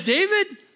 David